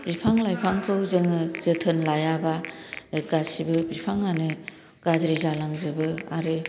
बिफां लाहफांखौ जोङो जोथोन लायाबा गासिबो बिफांयानो गाज्रि जालांजोबो आरो